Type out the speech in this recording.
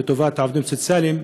לטובת העובדים הסוציאליים,